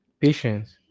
patience